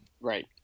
Right